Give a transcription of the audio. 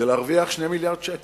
זה להרוויח 2 מיליארדי שקל.